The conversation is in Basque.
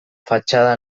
fatxada